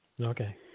okay